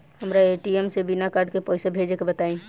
हमरा ए.टी.एम से बिना कार्ड के पईसा भेजे के बताई?